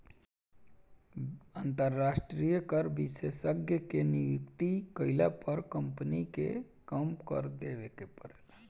अंतरास्ट्रीय कर विशेषज्ञ के नियुक्ति कईला पर कम्पनी के कम कर देवे के परेला